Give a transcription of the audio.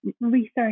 research